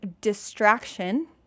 distraction